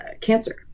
cancer